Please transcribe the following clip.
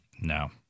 No